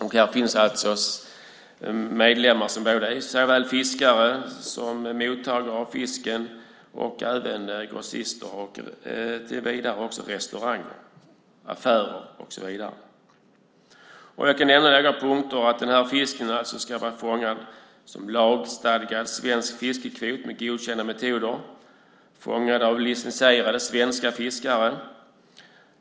Det finns medlemmar som är såväl fiskare som mottagare av fisken samt grossister, restauranger, affärer och så vidare. Jag kan nämna några punkter för Närfiskat. Fisken ska vara fångad inom lagstadgad svensk fiskekvot och med godkända metoder. Den ska vara fångad av licensierade svenska fiskare.